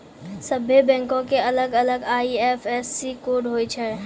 सभ्भे बैंको के अलग अलग आई.एफ.एस.सी कोड होय छै